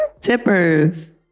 Tippers